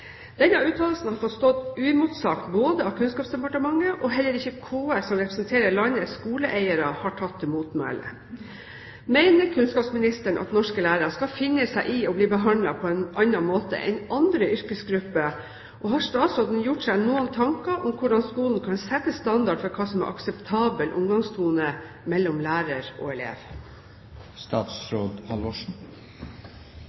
Denne uttalelsen har fått stå uimotsagt av Kunnskapsdepartementet, og heller ikke KS, som representerer landets skoleeiere, har tatt til motmæle. Mener statsråden at norske lærere skal finne seg i å bli behandlet på en annen måte enn andre yrkesgrupper, og har statsråden gjort seg noen tanker om hvordan skolen kan sette standard for hva som er akseptabel omgangstone mellom lærer og elev?»